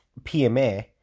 PMA